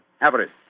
Avarice